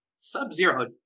Sub-Zero